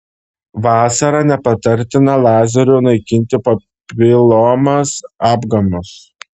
vasarą nepatartina lazeriu naikinti papilomas apgamus